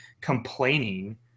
complaining